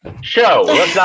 Show